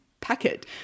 packet